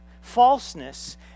falseness